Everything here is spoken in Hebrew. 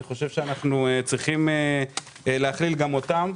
אני חושב שאנו צריכים להכליל גם אותם.